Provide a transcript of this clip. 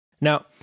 Now